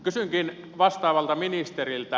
kysynkin vastaavalta ministeriltä